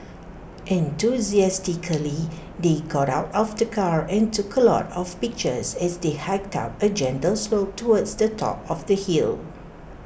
enthusiastically they got out of the car and took A lot of pictures as they hiked up A gentle slope towards the top of the hill